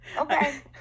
Okay